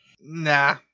Nah